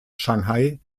shanghai